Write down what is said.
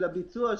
של הביצוע,